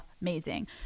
amazing